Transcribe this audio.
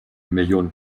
millionen